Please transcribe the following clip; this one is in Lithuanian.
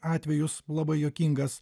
atvejus labai juokingas